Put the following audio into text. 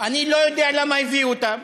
אני לא יודע למה הביאו אותן.